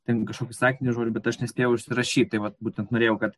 ten kažkokį sakinį žodžiu ir bet aš nespėjau užsirašyti vat būtent norėjau kad